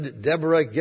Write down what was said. Deborah